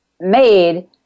made